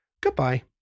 goodbye